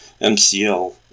MCL